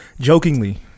Jokingly